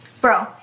Bro